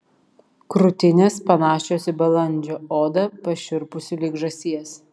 krūtinės panašios į balandžio oda pašiurpusi lyg žąsies